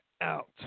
out